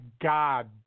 God